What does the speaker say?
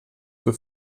für